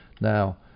Now